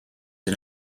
did